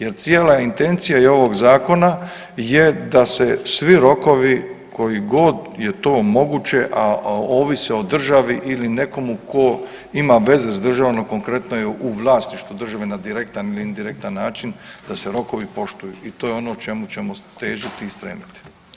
Jel cijela intencija i ovog zakona je da se svi rokovi koji god je to moguće, a ovise o državi ili nekomu ko ima veze s državom, a konkretno je u vlasništvu države na direktan ili indirektan način da se rokovi poštuju i to je ono čemu ćemo težiti i stremiti.